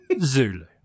Zulu